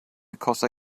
because